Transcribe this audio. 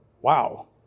Wow